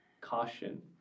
caution